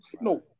No